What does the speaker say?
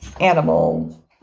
animal